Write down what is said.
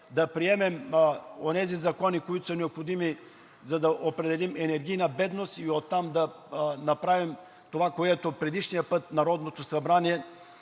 да приемем онези закони, които са необходими, за да определим енергийна бедност. Оттам да направим това, което предишния път Народното събрание,